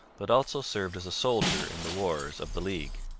but also served as a soldier in the wars of the league.